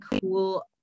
cool